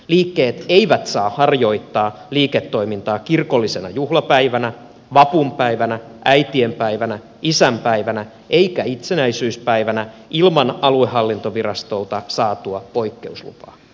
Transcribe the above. liikkeet eivät saa harjoittaa liiketoimintaa kirkollisena juhlapäivänä vapunpäivänä äitienpäivänä isänpäivänä eivätkä itsenäisyyspäivänä ilman aluehallintovirastolta saatua poikkeuslupaa